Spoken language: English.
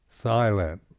silent